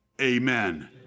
Amen